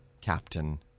Captain